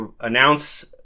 announce